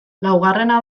laugarrena